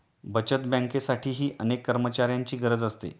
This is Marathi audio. बचत बँकेसाठीही अनेक कर्मचाऱ्यांची गरज असते